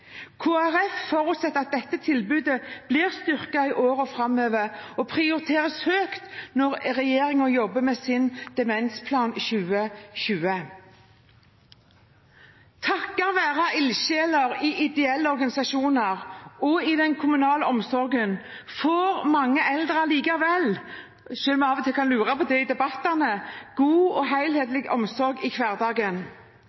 Folkeparti forutsetter at dette tilbudet blir styrket i årene framover og prioriteres høyt når regjeringen jobber med sin Demensplan 2020. Takket være ildsjeler i ideelle organisasjoner og i den kommunale omsorgen får mange eldre likevel – selv om man av og til kan lure på det i debattene – god og